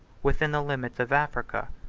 within the limits of africa,